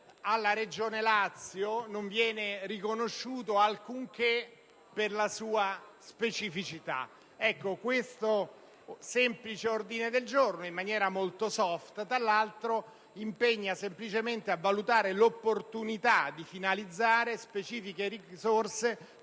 alla Regione Lazio non viene riconosciuto alcunché per la sua specificità. L'ordine del giorno G24.101, in maniera molto blanda, impegna semplicemente a valutare l'opportunità di finalizzare specifiche risorse